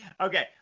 okay